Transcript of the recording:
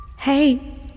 Hey